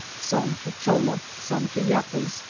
some to cholla, some to yuccas,